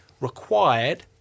required